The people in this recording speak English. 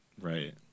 Right